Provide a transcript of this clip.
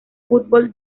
fútbol